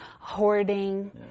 hoarding